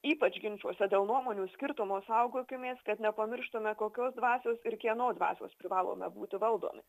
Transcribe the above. ypač ginčuose dėl nuomonių skirtumo saugokimės kad nepamirštume kokios dvasios ir kieno dvasios privalome būti valdomi